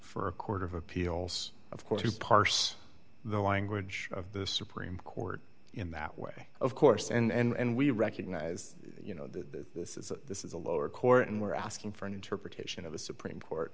for a court of appeals of course to parse the language of the supreme court in that way of course and we recognize you know the this is this is a lower court and we're asking for an interpretation of the supreme court